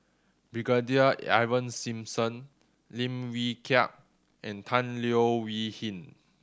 Brigadier Ivan Simson Lim Wee Kiak and Tan Leo Wee Hin